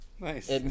Nice